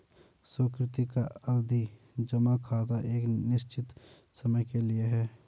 सुकृति का सावधि जमा खाता एक निश्चित समय के लिए है